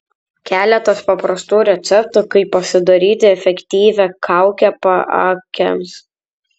keletas paprastų receptų kaip pasidaryti efektyvią kaukę paakiams